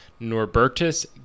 Norbertus